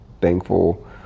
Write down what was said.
thankful